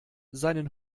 seinen